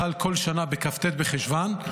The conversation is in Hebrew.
חל כל שנה בכ"ט בחשוון,